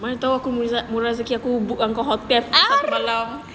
mana tahu murah rezeki aku book aku hotel pasal malam